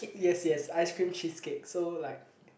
yes yes ice cream cheese cake so like